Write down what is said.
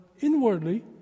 inwardly